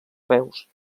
reus